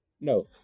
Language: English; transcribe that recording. no